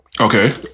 Okay